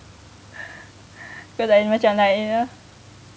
cause I macam like you know